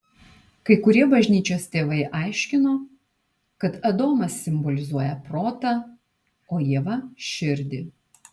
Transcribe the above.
kai kurie bažnyčios tėvai aiškino kad adomas simbolizuoja protą o ieva širdį